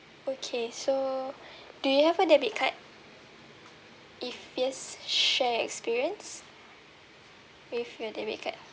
okay so do you have a debit card if yes share experience with your debit card